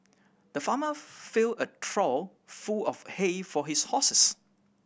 the farmer filled a trough full of hay for his horses